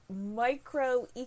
micro